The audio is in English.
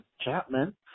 Chapman